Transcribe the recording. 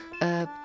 Uh